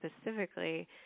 specifically